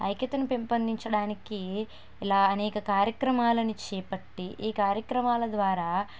ఐక్యతను పెంపొందించడానికి ఇలా అనేక కార్యక్రమాలను చేపట్టి ఈ కార్యక్రమాల ద్వారా